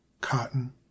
cotton